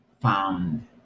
found